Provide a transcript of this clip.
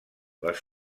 les